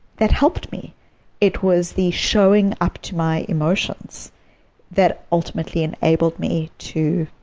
that helped me it was the showing up to my emotions that ultimately enabled me to